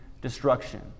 destruction